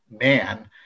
man